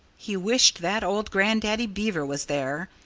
he wished that old grandaddy beaver was there.